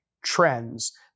trends